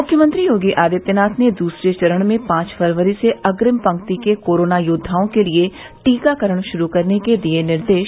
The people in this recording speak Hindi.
मुख्यमंत्री योगी आदित्यनाथ ने दूसरे चरण में पांच फरवरी से अग्रिम पंक्ति के कोरोना योद्वाओं के लिये टीकाकरण श्रू करने के दिये निर्देश